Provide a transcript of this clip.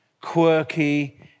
quirky